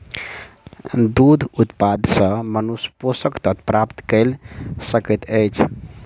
दूध उत्पाद सॅ मनुष्य पोषक तत्व प्राप्त कय सकैत अछि